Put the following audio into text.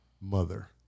mother